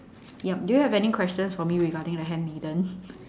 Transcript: yup do you have any questions for me regarding the handmaiden